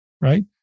right